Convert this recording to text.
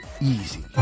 Easy